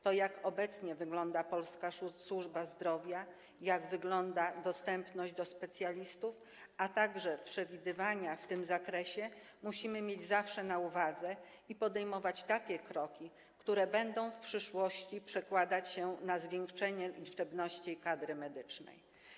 To, jak obecnie wygląda polska służba zdrowia, jak wygląda dostęp do specjalistów, a także przewidywania w tym zakresie, musimy mieć zawsze na uwadze i podejmować takie kroki, które będą w przyszłości przekładać się na zwiększenie liczebności kadry medycznej.